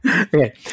Okay